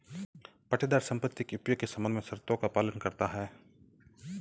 पट्टेदार संपत्ति के उपयोग के संबंध में शर्तों का पालन करता हैं